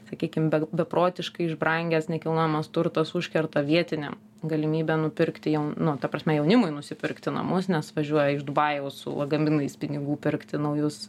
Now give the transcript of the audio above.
sakykim be beprotiškai brangias nekilnojamas turtas užkerta vietiniam galimybę nupirkti jau nu ta prasme jaunimui nusipirkti namus nes važiuoja iš dubajaus su lagaminais pinigų pirkti naujus